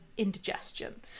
Indigestion